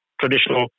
traditional